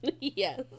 Yes